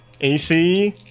AC